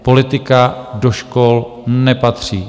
Politika do škol nepatří.